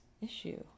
issue